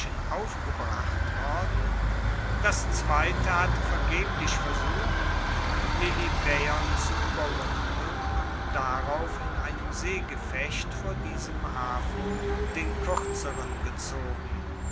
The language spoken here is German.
aufgebracht worden das zweite hatte vergeblich versucht lilybaeon zu ueberrumpeln und darauf in einem seegefecht vor diesem hafen den kuerzeren gezogen